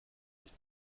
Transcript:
sich